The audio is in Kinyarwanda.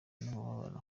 n’umubabaro